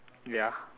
ya